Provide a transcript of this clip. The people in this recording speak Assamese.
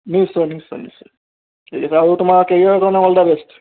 নিশ্চয় নিশ্চয় নিশ্চয় ঠিক আছে আৰু তোমাৰ কেৰিয়াৰৰ কাৰণে অল দা বেষ্ট